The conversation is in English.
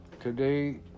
Today